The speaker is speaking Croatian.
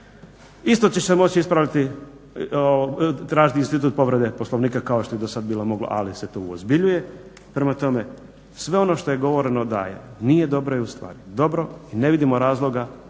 I sto će se moći tražiti institut povrede Poslovnika kao što je do sada bilo moglo ali se to sada uozbiljuje, prema tome sve ono što je govoreno da nije dobro je ustvari dobro i ne vidimo razloga